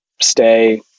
stay